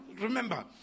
Remember